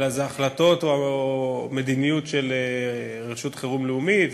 אלא זה החלטות או מדיניות של רשות חירום לאומית,